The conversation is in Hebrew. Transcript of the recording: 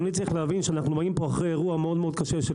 אדוני צריך להבין שאנחנו באים לפה אחרי אירוע מאוד קשה,